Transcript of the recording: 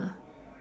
ah